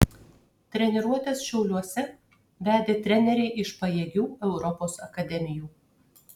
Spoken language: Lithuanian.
treniruotes šiauliuose vedė treneriai iš pajėgių europos akademijų